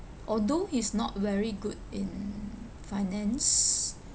although he's not very good in finance